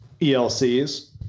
ELCs